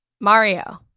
Mario